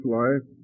life